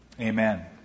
amen